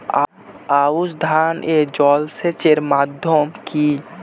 আউশ ধান এ জলসেচের মাধ্যম কি?